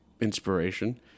inspiration